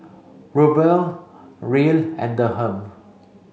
Ruble Riel and Dirham